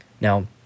Now